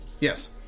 Yes